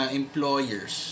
employers